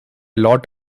lot